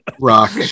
rock